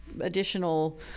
additional